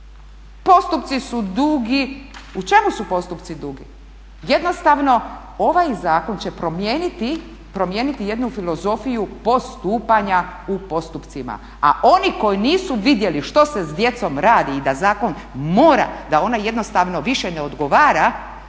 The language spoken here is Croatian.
Postupci su dugi. U čemu su postupci dugi? Jednostavno ovaj zakon će promijeniti jednu filozofiju postupanja u postupcima, a oni koji nisu vidjeli što se s djecom radi i da zakon mora, da ona jednostavno više ne odgovara